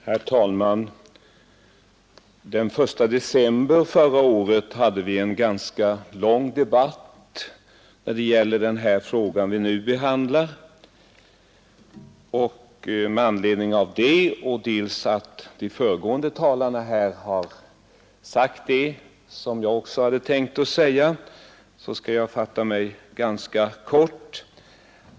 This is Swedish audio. Herr talman! Den första december förra året hade vi en ganska lång debatt om den fråga som nu behandlas. Med anledning härav och då de föregående talarna här har sagt det som också jag hade tänkt att säga, skall jag fatta mig ganska kort.